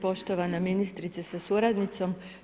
Poštovana ministrice sa suradnicom.